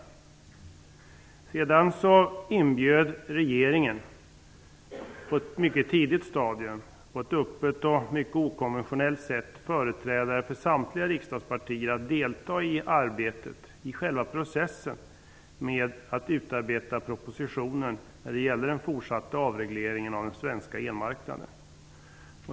Regeringen inbjöd på ett mycket tidigt stadium, på ett öppet och okonventionellt sätt, företrädare för samtliga riksdagspartier att delta i själva processen med att utarbeta propositionen när det gällde den fortsatta avregleringen av den svenska elmarknaden.